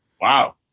Wow